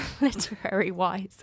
literary-wise